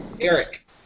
Eric